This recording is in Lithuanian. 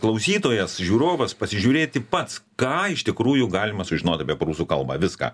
klausytojas žiūrovas pasižiūrėti pats ką iš tikrųjų galima sužinot apie prūsų kalbą viską